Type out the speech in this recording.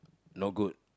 no good